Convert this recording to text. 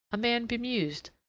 a man bemused,